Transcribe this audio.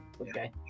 Okay